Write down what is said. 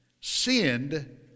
sinned